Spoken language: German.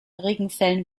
regenfällen